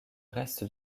reste